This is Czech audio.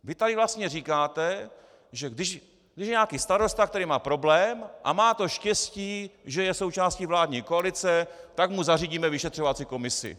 Vy tady vlastně říkáte, že když je nějaký starosta, který má problém a má to štěstí, že je součástí vládní koalice, tak mu zařídíme vyšetřovací komisi.